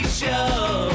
show